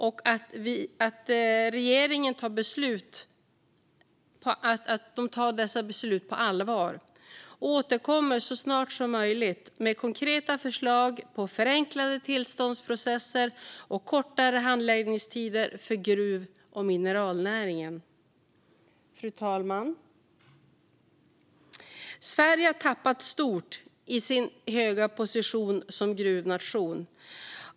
Vi vill att regeringen tar dessa beslut på allvar och återkommer så snart som möjligt med konkreta förslag på förenklade tillståndsprocesser och kortare handläggningstider för gruv och mineralnäringen. Fru talman! Sverige har tappat stort när det gäller dess höga position som gruvnation.